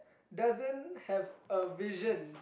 doesn't have a vision